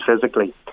physically